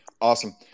Awesome